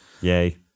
Yay